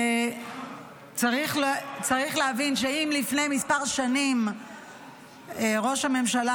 צריך להבין שאם לפני כמה שנים ראש הממשלה